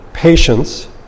Patience